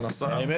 מאיר יצחק הלוי.